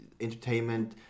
entertainment